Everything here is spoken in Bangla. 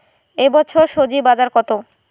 এ বছর স্বজি বাজার কত?